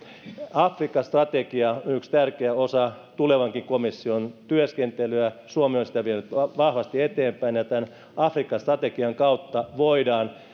afrikka strategia on yksi tärkeä osa tulevankin komission työskentelyä suomi on sitä vienyt vahvasti eteenpäin tämän afrikka strategian kautta voidaan